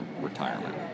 retirement